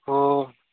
हो